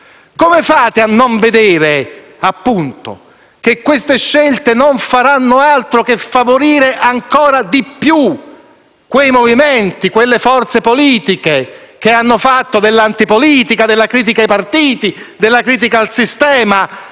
Come fate a non vedere che queste scelte non faranno altro che favorire ancora di più quei movimenti e forze politiche che hanno fatto dell'anti politica, della critica ai partiti e al sistema